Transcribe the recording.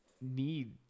need